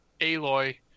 Aloy